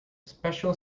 special